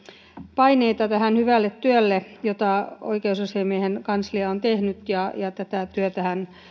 paineita tälle hyvälle työlle jota oikeusasiamiehen kanslia on tehnyt tätä työtähän